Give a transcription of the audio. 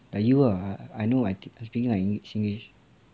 you ah I I know I I speaking like singlish